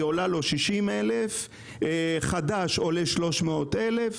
היא עולה לו 60,000 ₪, כשחדשה עולה לו 300,000 ₪.